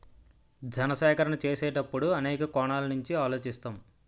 ధన సేకరణ చేసేటప్పుడు అనేక కోణాల నుంచి ఆలోచిస్తాం